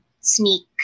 sneak